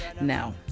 now